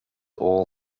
all